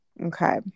Okay